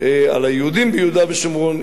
על היהודים ביהודה ושומרון,